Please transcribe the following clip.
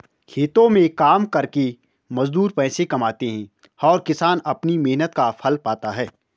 खेतों में काम करके मजदूर पैसे कमाते हैं और किसान अपनी मेहनत का फल पाता है